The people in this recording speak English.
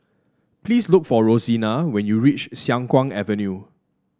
please look for Rosina when you reach Siang Kuang Avenue